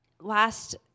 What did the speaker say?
last